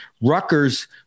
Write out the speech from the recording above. Rutgers